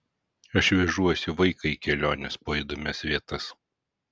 aš vežuosi vaiką į keliones po įdomias vietas